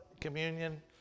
communion